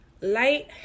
Light